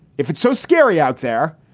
if it's so scary out there,